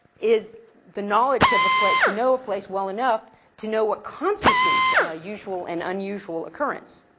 is the knowledge of a place, to know a place well enough to know what constitutes a usual and unusual occurrence.